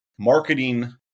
marketing